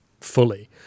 fully